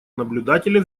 наблюдателя